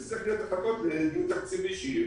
צריך לחכות לדיון תקציבי שיהיה.